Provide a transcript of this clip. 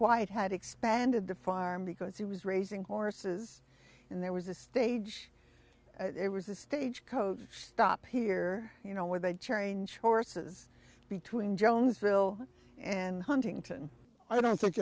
wyatt had expanded the farm because he was raising horses and there was a stage it was a stagecoach stop here you know where they'd change horses between jonesville and huntington i don't think